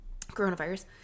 coronavirus